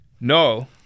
No